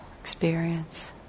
experience